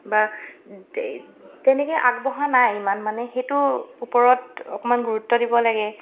বা তেনেকৈ আগবঢ়া নাই ইমান মানে সেইটো ওপৰত অকণমান গুৰুত্ব দিব লাগে